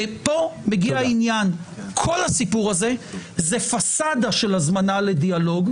כל הסיפור הזה זה פסאדה של הזמנה לדיאלוג,